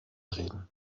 reden